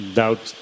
doubt